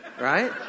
right